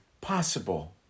possible